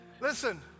Listen